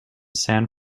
san